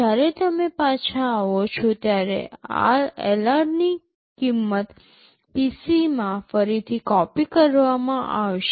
જ્યારે તમે પાછા આવો છો ત્યારે LR ની કિંમત PC માં ફરીથી કોપિ કરવામાં આવશે